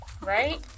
Right